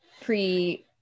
pre